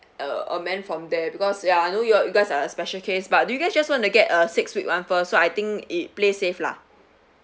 uh amend from there because ya I know you're you guys are special case but do you guys just want to get uh six week [one] first so I think it plays safe lah